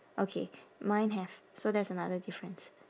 okay mine have so that's another difference